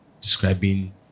describing